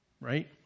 right